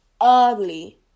ugly